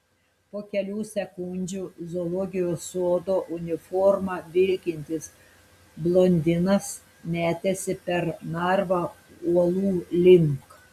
po kelių sekundžių zoologijos sodo uniforma vilkintis blondinas metėsi per narvą uolų link